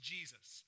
Jesus